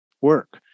Work